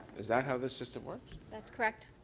is that how the system works? that's correct.